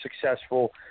successful